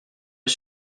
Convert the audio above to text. est